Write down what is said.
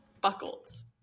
Buckles